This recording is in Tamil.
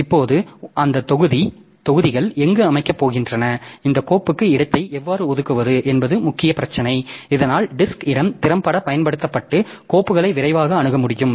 இப்போது அந்த தொகுதிகள் எங்கு அமைக்கப் போகின்றன இந்த கோப்புக்கு இடத்தை எவ்வாறு ஒதுக்குவது என்பது முக்கிய பிரச்சினை இதனால் டிஸ்க் இடம் திறம்பட பயன்படுத்தப்பட்டு கோப்புகளை விரைவாக அணுக முடியும்